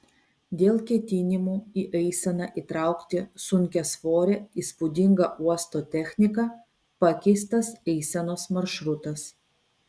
dėl ketinimų į eiseną įtraukti sunkiasvorę įspūdingą uosto techniką pakeistas eisenos maršrutas